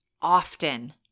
often